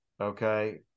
Okay